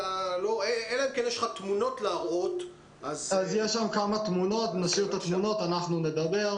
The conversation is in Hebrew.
מתקנים אותם בעזרת בני נוער בהתנדבות.